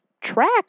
track